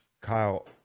Kyle